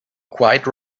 quite